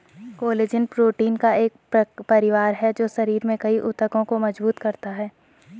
collagen protein का एक परिवार है जो शरीर में कई ऊतकों को मजबूत करता है